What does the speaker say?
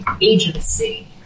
agency